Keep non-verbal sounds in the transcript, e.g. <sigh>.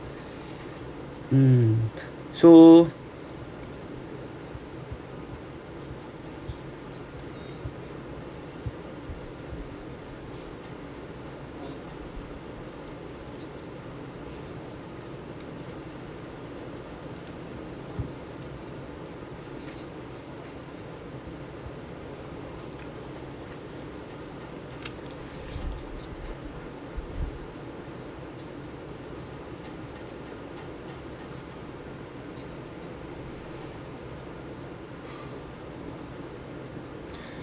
hmm so <breath>